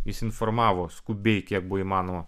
jis informavo skubiai kiek buvo įmanoma